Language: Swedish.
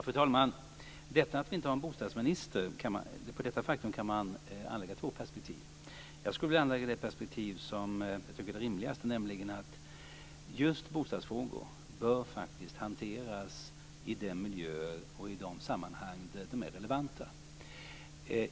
Fru talman! På det faktum att det inte finns någon bostadsminister kan man anlägga två perspektiv. Jag vill anlägga det perspektiv som jag tycker är rimligast, nämligen att just bostadsfrågor bör hanteras i de sammanhang där de är relevanta.